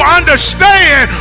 understand